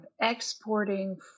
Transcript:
exporting